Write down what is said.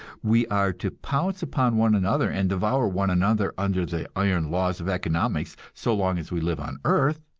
we are to pounce upon one another and devour one another under the iron laws of economics so long as we live on earth,